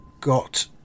got